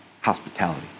hospitality